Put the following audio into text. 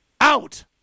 out